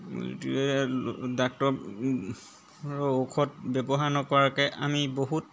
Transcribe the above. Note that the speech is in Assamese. ডাক্টৰৰ ঔষধ ব্যৱহাৰ নকৰাকৈ আমি বহুত